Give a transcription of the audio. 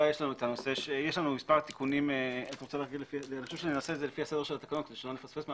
אני חושב שנלך לפי סדר התקנות כדי שלא נפספס משהו.